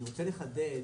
אני רוצה לחדד.